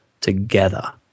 together